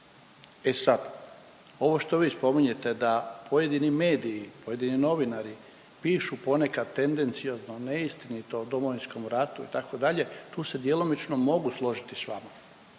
E sad, ovo što vi spominjete da pojedini mediji, pojedini novinari pišu ponekad tendenciozno, neistinito o Domovinskom ratu itd., tu se djelomično mogu složiti s vama,